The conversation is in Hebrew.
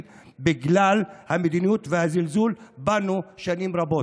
בגלל המדיניות והזלזול בנו שנים רבות.